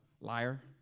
Liar